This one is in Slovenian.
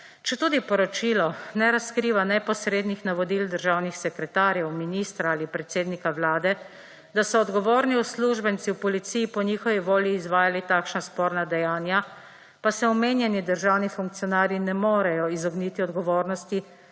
Četudi poročilo ne razkriva neposrednih navodil državnih sekretarjev, ministra ali predsednika Vlade, da so odgovorni uslužbenci v policiji po njihovi volji izvajali takšna sporna dejanja, pa se omenjeni državni funkcionarji ne morejo izogniti odgovornosti,